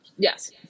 Yes